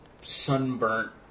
sunburnt